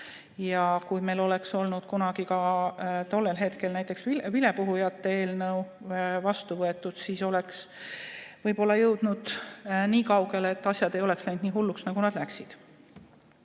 Kui meil oleks olnud ka tollel hetkel näiteks vilepuhujate eelnõu vastu võetud, siis oleks võib-olla jõudnud niikaugele, et asjad ei oleks läinud nii hulluks, nagu nad läksid.